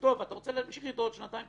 טוב ואתה רוצה להמשיך אתו עוד שנתיים,